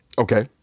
Okay